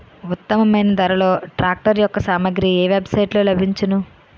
ఉత్తమమైన ధరలో ట్రాక్టర్ యెక్క సామాగ్రి ఏ వెబ్ సైట్ లో లభించును?